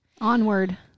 Onward